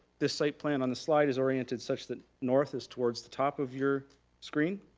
this site plan on the slide is oriented such that north is towards the top of your screen.